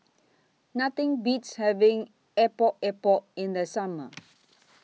Nothing Beats having Epok Epok in The Summer